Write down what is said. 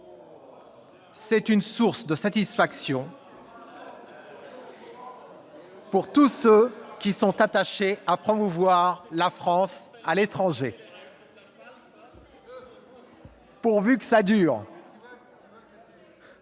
C'est une source de satisfaction pour tous ceux qui sont attachés à promouvoir la France à l'étranger. Pourvu que ça dure